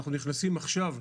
אנחנו נכנסים עכשיו,